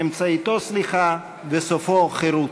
אמצעיתו סליחה וסופו חירות,